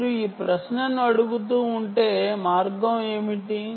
మీరు ఈ ప్రశ్నను అడుగుతూ ఉంటే మార్గం ఏమిటి